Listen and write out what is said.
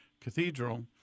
Cathedral